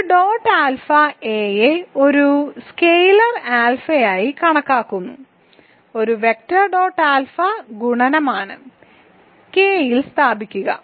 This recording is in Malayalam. ഒരു ഡോട്ട് ആൽഫ എയെ ഒരു സ്കെയിലർ ആൽഫയായി കണക്കാക്കുന്നു ഒരു വെക്റ്റർ ഒരു ഡോട്ട് ആൽഫ ഗുണനമാണ് K യിൽ സ്ഥാപിക്കുക